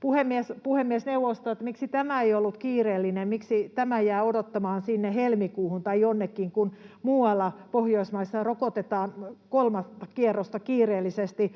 puhemies ja puhemiesneuvosto, miksi tämä ei ollut kiireellinen. Miksi tämä jää odottamaan sinne helmikuuhun tai jonnekin, kun muualla Pohjoismaissa rokotetaan kolmatta kierrosta kiireellisesti?